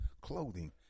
clothing